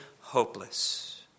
hopeless